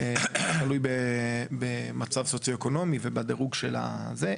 תלוי במצב סוציואקונומי ובדירוג של זה.